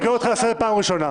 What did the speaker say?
אני קורא אותך לסדר פעם ראשונה.